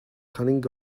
cunning